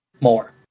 more